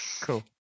Cool